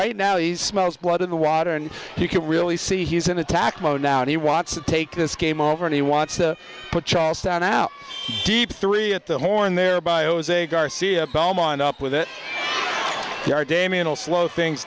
right now he smells blood in the water and you can really see he's in attack mode now and he wants to take this game over and he wants to put charlestown out deep three at the horn there bio's a garcia ball mind up with it i care damien will slow things